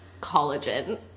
collagen